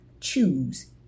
choose